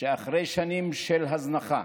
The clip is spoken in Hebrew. שאחרי שנים של הזנחה,